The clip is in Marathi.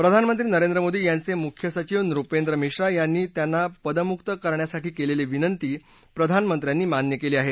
प्रधानमंत्री नरेंद्र मोदी यांचे मुख्य सचिव नृपेंद्र मिश्रा यांनी त्यांना पदमपक्त करण्यासाठी केलेली विनंती प्रधानमंत्र्यांनी मान्य केली आहे